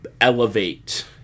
elevate